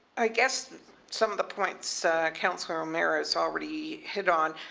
i guess some of the points councillor o'meara has already hit on.